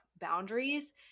boundaries